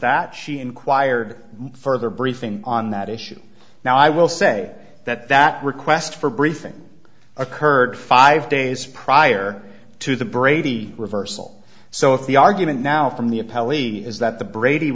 that she inquired further briefing on that issue now i will say that that request for briefing occurred five days prior to the brady reversal so if the argument now from the appellee is that the brady